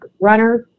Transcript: runners